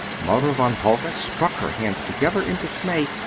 mother van hove struck her hands together in dismay.